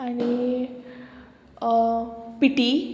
आनी पिटी